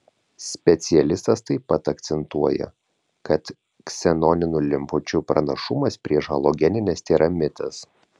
specialistas taip pat akcentuoja kad ksenoninių lempučių pranašumas prieš halogenines tėra mitas